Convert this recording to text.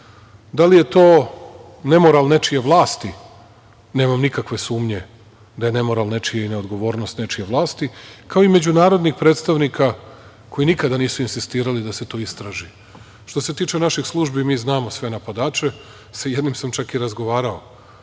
li je to nemoral nečije vlasti? Nemam nikakve sumnje da je nemoral nečiji i neodgovornost nečije vlasti, kao i međunarodnih predstavnika koji nikada nisu insistirali da se to istraži. Što se tiče naših službi mi znamo sve napadače. Sa jednim sam čak i razgovarao.